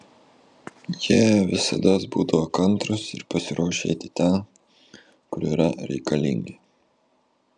jie visados būdavo kantrūs ir pasiruošę eiti ten kur yra reikalingi